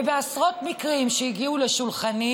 ובעשרות מקרים שהגיעו לשולחני,